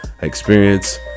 Experience